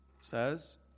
says